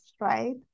right